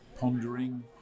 pondering